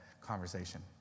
conversation